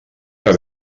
que